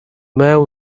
male